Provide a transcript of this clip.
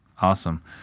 Awesome